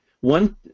one